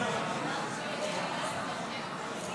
קריאות: קריאות: --- קריאות: --- קריאות: